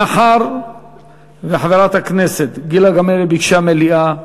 מאחר שחברת הכנסת גילה גמליאל ביקשה מליאה,